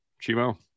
Chimo